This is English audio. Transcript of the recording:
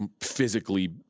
physically